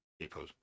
people